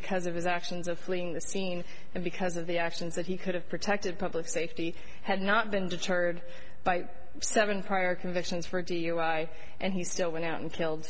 because of his actions of fleeing the scene and because of the actions that he could have protected public safety had not been deterred by seven prior convictions for it to you i and he still went out and killed